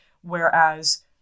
whereas